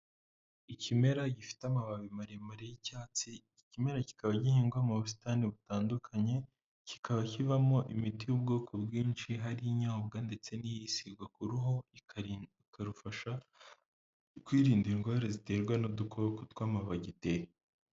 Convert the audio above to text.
Ikimera gifite amababi maremare y'icyatsi ikimera kikaba gihingwa mu busitani butandukanye kikaba kivamo imiti y'ubwoko bwinshi hari inyobwa ndetse n'isigwa ku ruhuru ikarufasha kwirinda indwara ziterwa n'udukoko tw'amabagiteriya.